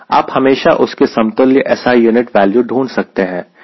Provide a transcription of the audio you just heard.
आप हमेशा उसके समतुल्य SI यूनिट वैल्यू ढूंढ सकते हैं